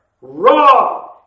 Wrong